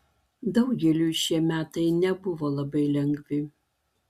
daugeliui šie metai nebuvo labai lengvi